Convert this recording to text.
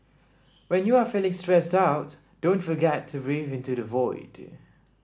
when you are feeling stressed out don't forget to breathe into the void